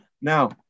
Now